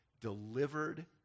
delivered